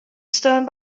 stone